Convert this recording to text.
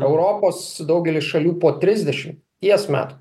europos daugely šalių po trisdešimties metų